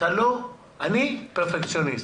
אני פרפקציוניסט.